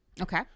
Okay